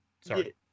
sorry